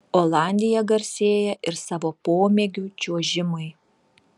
olandija garsėja ir savo pomėgiu čiuožimui